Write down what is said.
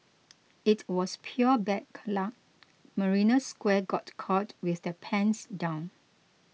it was pure back luck Marina Square got caught with their pants down